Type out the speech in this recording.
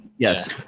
Yes